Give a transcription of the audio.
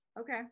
Okay